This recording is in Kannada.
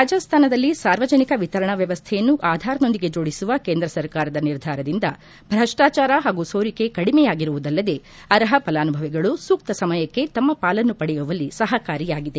ರಾಜಸ್ತಾನದಲ್ಲಿ ಸಾರ್ವಜನಿಕ ವಿತರಣಾ ವ್ಯವಸ್ಥೆಯನ್ನು ಆಧಾರ್ನೊಂದಿಗೆ ಜೋಡಿಸುವ ಕೇಂದ್ರ ಸರ್ಕಾರದ ನಿರ್ಧಾರದಿಂದ ಭ್ರಷ್ವಾಚಾರ ಹಾಗೂ ಸೋರಿಕೆ ಕಡಿಮೆಯಾಗಿರುವುದಲ್ಲದೇ ಅರ್ಹ ಫಲಾನುಭವಿಗಳು ಸೂಕ್ತ ಸಮಯಕ್ಕೆ ತಮ್ಮ ಪಾಲನ್ನು ಪಡೆಯುವಲ್ಲಿ ಸಹಕಾರಿಯಾಗಿದೆ